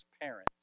parents